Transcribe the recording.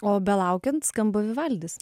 o belaukiant skamba vivaldis